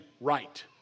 right